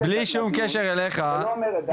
בלי שום קשר אליך --- אני לא אומר את דעתי,